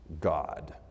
God